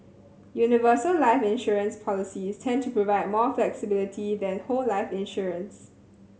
universal life insurance policies tend to provide more flexibility than whole life insurance